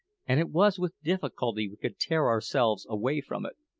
and it was with difficulty we could tear ourselves away from it.